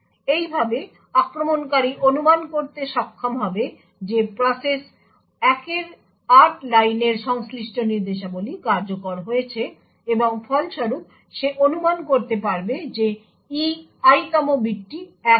এইভাবে আক্রমণকারী অনুমান করতে সক্ষম হবে যে প্রসেস 1 এর 8 লাইনের সংশ্লিষ্ট নির্দেশাবলী কার্যকর হয়েছে এবং ফলস্বরূপ সে অনুমান করতে পারবে যে E Iতম বিটটি 1 হবে